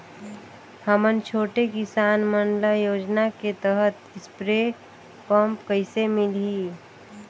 हमन छोटे किसान मन ल योजना के तहत स्प्रे पम्प कइसे मिलही?